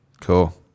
Cool